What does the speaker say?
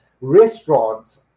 restaurants